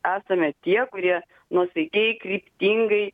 esame tie kurie nuosaikiai kryptingai